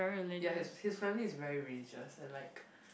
ya his his family is very religious and like